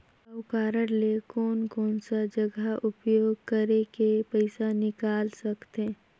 हव कारड ले कोन कोन सा जगह उपयोग करेके पइसा निकाल सकथे?